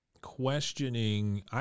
questioning